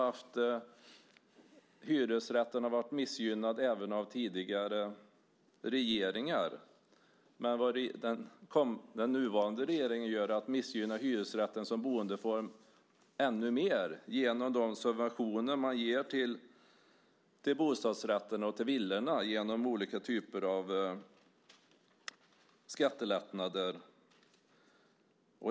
Hyresrätten har varit missgynnad även av tidigare regeringar, men den nuvarande regeringen missgynnar hyresrätten som boendeform ännu mer i och med de subventioner man ger till bostadsrätten och villorna genom olika typer av skattelättnader.